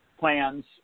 plans